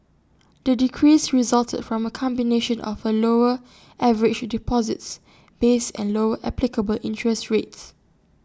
the decrease resulted from A combination of A lower average deposits base and lower applicable interest rates